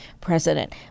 president